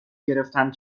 گرفتم